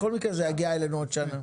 בכל מקרה זה יגיע אלינו בעוד שנה.